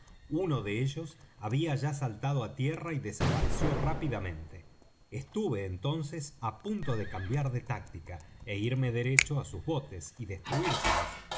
uno de ellos había ya saltado á tierra y desaparecido rápidamente estuve entonces á punto de cambiar de táctica é irme derecho á sus botes y